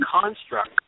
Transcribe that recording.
construct